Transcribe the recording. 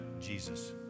Jesus